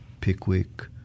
pickwick